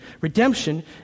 Redemption